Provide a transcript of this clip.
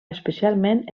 especialment